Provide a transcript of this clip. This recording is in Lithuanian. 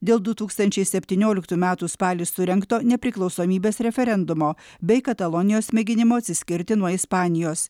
dėl du tūkstančiai septynioliktų metų spalį surengto nepriklausomybės referendumo bei katalonijos mėginimo atsiskirti nuo ispanijos